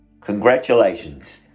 Congratulations